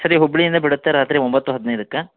ಸರಿ ಹುಬ್ಬಳ್ಳಿಯಿಂದ ಬಿಡುತ್ತೆ ರಾತ್ರಿ ಒಂಬತ್ತು ಹದಿನೈದಕ್ಕ